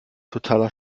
totaler